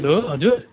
hello हजुर